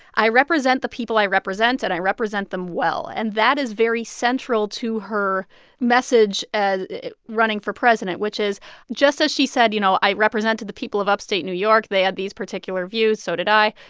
i represent the people i represent, and i represent them well. and that is very central to her message running for president, which is just as she said you know, i represented the people of upstate new york. they had these particular views so did i.